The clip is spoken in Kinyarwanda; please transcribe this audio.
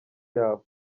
yabo